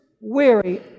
weary